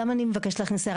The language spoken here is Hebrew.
גם אני מבקשת להכניס הערה.